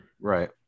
Right